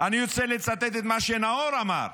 אני רוצה לצטט את מה שנאור אמר,